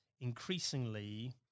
increasingly